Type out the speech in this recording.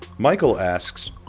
michael asks,